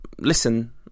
listen